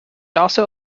also